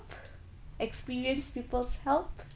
experienced people's help